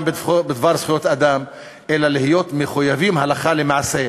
בדבר זכויות האדם אלא להיות מחויבים הלכה למעשה.